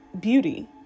beauty